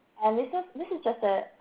and this ah this is just a